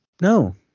No